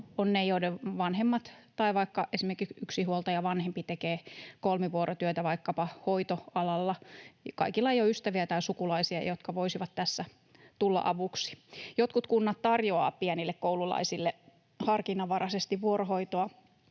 ne, joiden vanhemmat tai esimerkiksi yksinhuoltajavanhempi tekee kolmivuorotyötä vaikkapa hoitoalalla. Kaikilla ei ole ystäviä tai sukulaisia, jotka voisivat tässä tulla avuksi. Jotkut kunnat tarjoavat pienille koululaisille harkinnanvaraisesti vuorohoitoa,